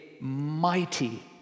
mighty